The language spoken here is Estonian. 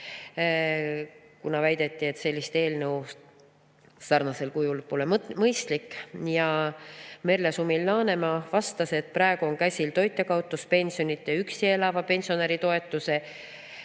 või väidetakse, et selline eelnõu sarnasel kujul pole mõistlik. Merle Sumil-Laanemaa vastas, et praegu on käsil toitjakaotuspensioni, üksi elava pensionäri toetuse